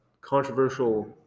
controversial